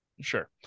sure